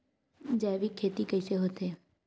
जैविक खेती कइसे होथे?